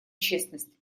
честность